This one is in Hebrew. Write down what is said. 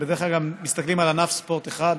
ובדרך כלל גם מסתכלים על ענף ספורט אחד,